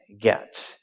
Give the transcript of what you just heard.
get